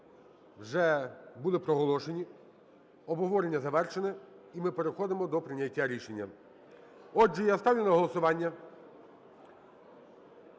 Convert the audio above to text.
вже були проголошені, обговорення завершене, і ми переходимо до прийняття рішення. Отже я ставлю на голосування